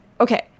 Okay